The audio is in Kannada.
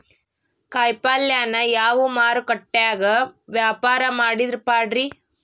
ಕಾಯಿಪಲ್ಯನ ಯಾವ ಮಾರುಕಟ್ಯಾಗ ವ್ಯಾಪಾರ ಮಾಡಿದ್ರ ಪಾಡ್ರೇ?